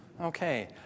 Okay